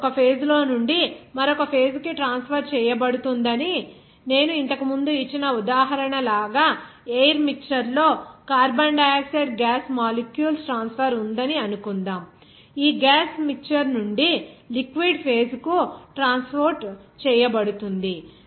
mass ఒక phase లో నుండి మరొక ఫేజ్ కు ట్రాన్స్ఫర్ చేయబడుతుందని నేను ఇంతకు ముందు ఇచ్చిన ఉదాహరణ లాగా ఎయిర్ మిక్చర్ లో carbon dioxide gas molecules transfer ఉందని అనుకుందాం ఈ గ్యాస్ మిక్చర్ నుండి లిక్విడ్ ఫేజ్ కు ట్రాన్స్పోర్ట్ చేయబడుతుంది